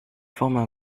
forment